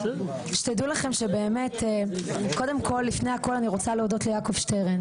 שתדעו לכם שבאמת קודם כל לפני הכל אני רוצה להודות ליעקב שטרן.